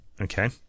Okay